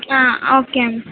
ah okay ma'am